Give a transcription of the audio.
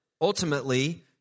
ultimately